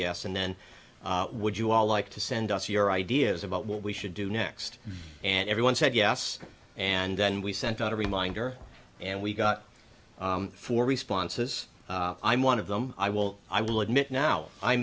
yes and then would you all like to send us your ideas about what we should do next and everyone said yes and then we sent out a reminder and we got four responses i'm one of them i will i will admit now